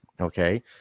okay